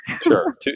Sure